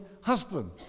husband